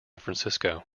francisco